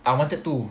I wanted to